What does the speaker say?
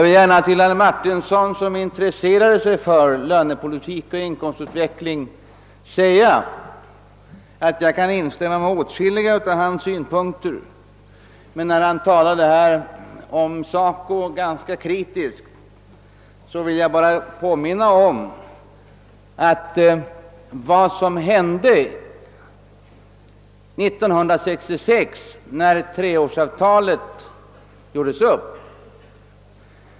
Herr Martinsson, som ju intresserade sig för lönepolitiken och inkomstutvecklingen, anförde synpunkter som jag delvis kan instämma i. Eftersom han talade ganska kritiskt om SACO, vill jag erinra om vad som hände 1966, när treårsavtalet gjordes upp.